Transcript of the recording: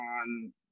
on